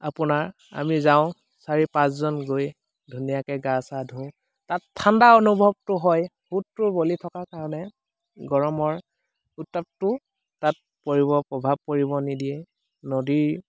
আপোনাৰ আমি যাওঁ চাৰি পাঁচজন গৈ ধুনীয়াকে গা চা ধোওঁ তাত ঠাণ্ডা অনুভৱটো হয় সোঁতটো বলি থকাৰ কাৰণে গৰমৰ উত্তাপটো তাত পৰিব প্ৰভাৱ পৰিব নিদিয়ে নদীৰ